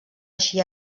així